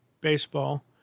baseball